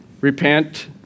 Repent